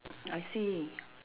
I see